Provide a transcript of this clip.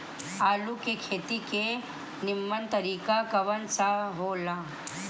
आलू के खेती के नीमन तरीका कवन सा हो ला?